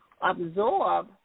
absorb